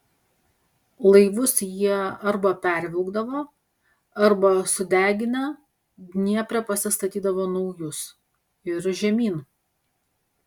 laivus jie arba pervilkdavo arba sudeginę dniepre pasistatydavo naujus ir žemyn